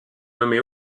nommé